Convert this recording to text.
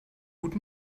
gut